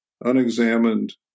unexamined